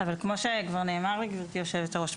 אבל כמו שכבר נאמר לגברתי היושבת-ראש,